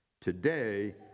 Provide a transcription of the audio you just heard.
Today